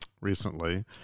recently